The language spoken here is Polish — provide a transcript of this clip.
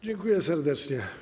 Dziękuję serdecznie.